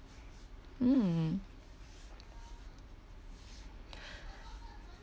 mm